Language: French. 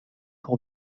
pour